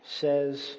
says